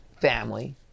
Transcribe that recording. family